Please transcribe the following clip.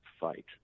fight